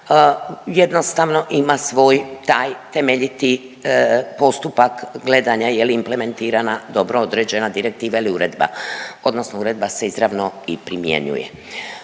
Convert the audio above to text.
jednostavno ima svoj taj temeljiti postupak gledanja je li implementirana dobro određena direktiva ili uredba, odnosno uredba se izravno i primjenjuje.